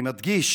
אני מדגיש